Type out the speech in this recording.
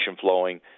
flowing